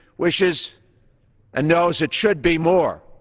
wishes and knows it should be more.